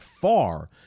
far